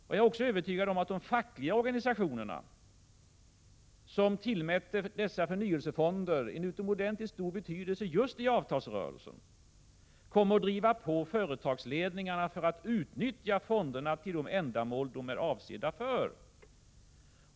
Jag är också övertygad om att de fackliga organisationerna, som just i avtalsrörelsen tillmätte dessa förnyelsefonder en utomordentligt stor betydelse, kommer att driva på företagsledningarna för att fonderna skall utnyttjas till de ändamål de är avsedda för.